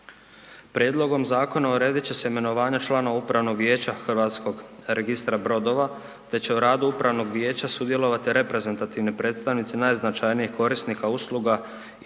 Prijedlogom zakona uredit će se imenovanja članova upravnog vijeća Hrvatskog registra brodova, te će u radu upravnog vijeća sudjelovati reprezentativni predstavnici najznačajnijih korisnika usluga i